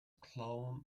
clone